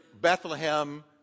Bethlehem